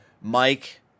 Mike